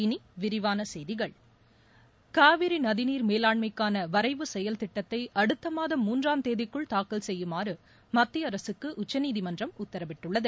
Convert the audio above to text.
இனி விரிவான செப்திகள் காவிரி நதிநீர் மேலாண்மைக்கான வரைவு செயல் திட்டத்தை அடுத்த மாதம் மூன்றாம் தேதிக்குள் தாக்கல் செய்யுமாறு மத்திய அரசுக்கு உச்சநீதிமன்றம் உத்தரவிட்டுள்ளது